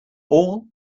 all